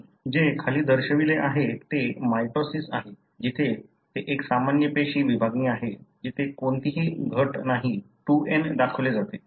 जे खाली दर्शविले आहे ते मायटोसिस आहे जिथे ते एक सामान्य पेशी विभागणी आहे जिथे कोणतीही घट नाही 2n दाखवले जाते